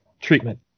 treatment